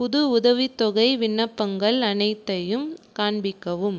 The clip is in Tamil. புது உதவித்தொகை விண்ணப்பங்கள் அனைத்தையும் காண்பிக்கவும்